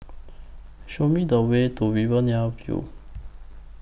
Show Me The Way to Riverina View